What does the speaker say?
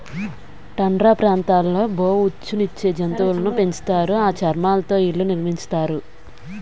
tundra ప్రాంతాల్లో బొఉచ్చు నిచ్చే జంతువులును పెంచుతారు ఆ చర్మాలతో ఇళ్లు నిర్మించుతారు